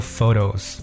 Photos